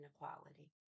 inequality